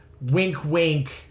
wink-wink